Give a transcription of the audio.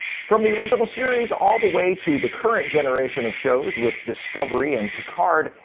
from the original series all the way to the current generation of shows with discovery and picard,